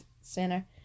Center